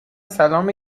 سلام